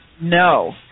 No